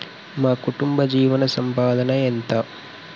మా కుటుంబ జీవన సంపాదన ఎంత?